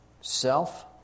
Self